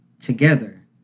Together